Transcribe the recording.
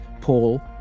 Paul